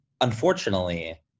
unfortunately